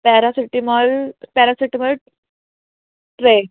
paracetamol paracetamol टे